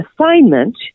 assignment